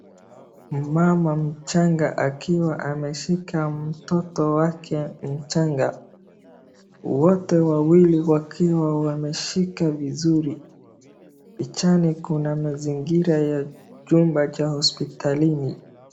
Mama mchanga akiwa ameshika mtoto wake mchanga, wote wawili wakiwa wameshika vizuri. Pichani kuna mazingira ya chumba cha hospitalini.